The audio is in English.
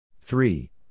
Three